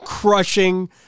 crushing